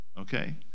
Okay